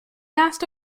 asked